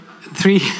three